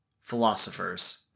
Philosophers